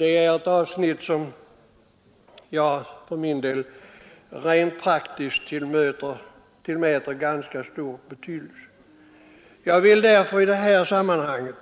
Det är ett avsnitt som jag rent praktiskt tillmäter ganska stor betydelse. Jag vill därför i det här sammanhanget